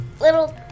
little